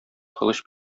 кылыч